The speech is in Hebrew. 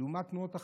לעומת תנועות אחרות.